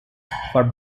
for